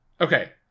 Okay